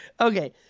Okay